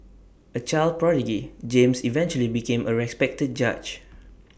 A child prodigy James eventually became A respected judge